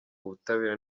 ubutabera